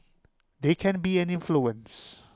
there can be an influence